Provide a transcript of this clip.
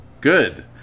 good